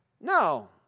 No